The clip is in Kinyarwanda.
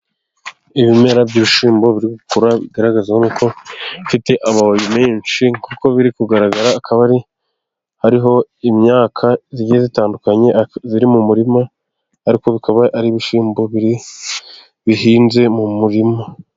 Ibimera by'ibishyimbo biri gukura bigaragaza ko bifite amababi menshi kuko biri kugaragara, akaba hariho imyaka igiye itandukanye iri mu murima, ariko bikaba ari ibishyimbo biri bihinze mu murima.